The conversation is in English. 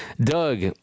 Doug